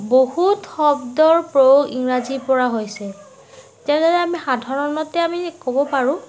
বহুত শব্দৰ প্ৰয়োগ ইংৰাজীৰপৰা হৈছে তেনেদৰে আমি সাধাৰণতে আমি ক'ব পাৰোঁ